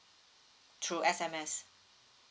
through sms